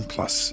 Plus